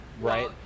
right